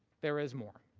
there is more.